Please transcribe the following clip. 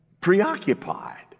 preoccupied